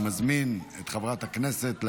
לא, לא ועדת הכלכלה, ועדת